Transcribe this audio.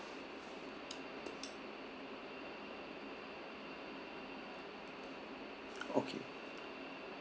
okay